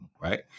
right